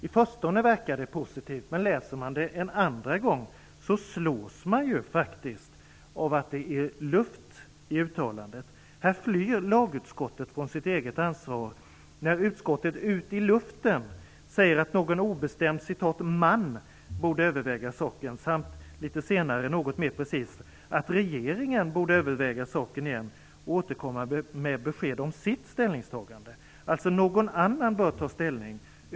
I förstone verkar det positivt, men läser man det en andra gång slås man av att det faktiskt bara är luft i uttalandet. Lagutskottet flyr från sitt eget ansvar, när utskottet ut i luften säger att någon obestämd "man" borde överväga saken, samt litet senare något mer precist att regeringen borde överväga saken igen och återkomma med besked om sitt ställningstagande. Någon annan bör alltså ta ställning.